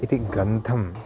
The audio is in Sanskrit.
इति ग्रन्थं